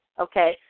Okay